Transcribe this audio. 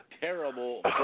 terrible